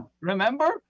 Remember